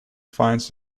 finds